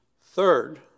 Third